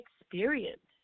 experience